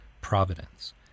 providence